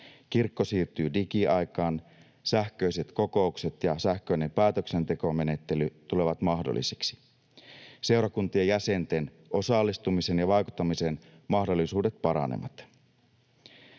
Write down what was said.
Kirkko siirtyy digiaikaan, sähköiset kokoukset ja sähköinen päätöksentekomenettely tulevat mahdollisiksi, seurakuntien jäsenten osallistumisen ja vaikuttamisen mahdollisuudet paranevat